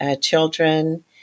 children